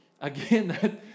again